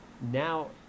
Now